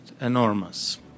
enormous